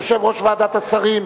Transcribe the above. יושב-ראש ועדת השרים,